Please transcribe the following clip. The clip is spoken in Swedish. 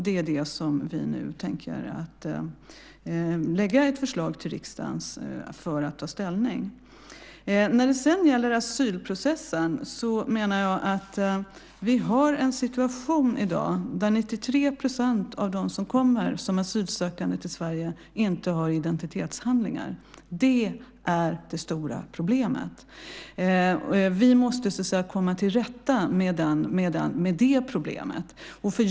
Det är det som vi tänker lägga fram ett förslag om för riksdagen att ta ställning till. När det gäller asylprocessen har vi en situation i dag där 93 % av dem som kommer som asylsökande till Sverige inte har identitetshandlingar. Det är det stora problemet. Vi måste komma till rätta med det problemet.